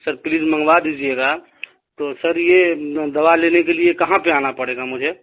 سر please منگوا دیجیے گا تو سر یہ دوا لینے کے لیے کہاں پہ آنا پڑے گا مجھے